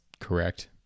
correct